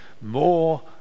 more